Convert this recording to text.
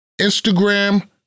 Instagram